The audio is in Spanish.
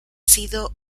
sido